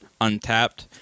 Untapped